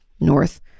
north